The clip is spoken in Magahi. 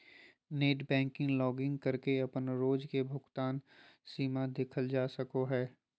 नेटबैंकिंग लॉगिन करके अपन रोज के भुगतान सीमा देखल जा सको हय